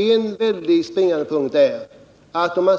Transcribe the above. En springande punkt där är att om man